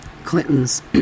Clintons